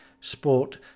sport